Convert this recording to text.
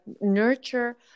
nurture